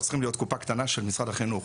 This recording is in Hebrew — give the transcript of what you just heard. צריכים להיות קופה קטנה של משרד החינוך,